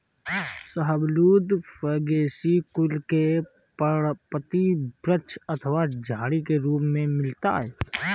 शाहबलूत फैगेसी कुल के पर्णपाती वृक्ष अथवा झाड़ी के रूप में मिलता है